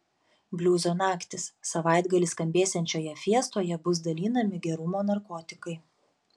bliuzo naktys savaitgalį skambėsiančioje fiestoje bus dalinami gerumo narkotikai